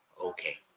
Okay